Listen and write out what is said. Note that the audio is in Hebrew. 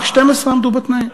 רק 12 עמדו בתנאים.